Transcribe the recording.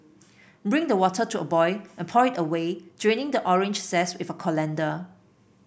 bring the water to a boil and pour it away draining the orange zest with a colander